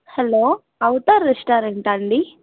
hello Avatar రెస్టారెంటా అండి